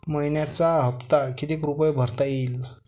मइन्याचा हप्ता कितीक रुपये भरता येईल?